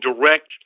direct